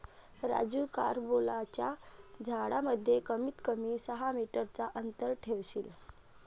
राजू कारंबोलाच्या झाडांमध्ये कमीत कमी सहा मीटर चा अंतर ठेवशील